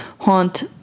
haunt